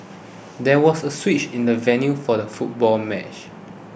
there was a switch in the venue for the football match